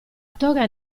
toga